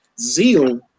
Zeal